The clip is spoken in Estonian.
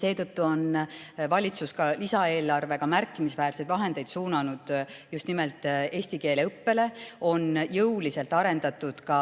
Seetõttu on valitsus ka lisaeelarvega märkimisväärseid vahendeid suunanud just nimelt eesti keele õppele, jõuliselt on arendatud ka